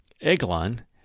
Eglon